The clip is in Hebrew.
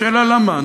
השאלה למה?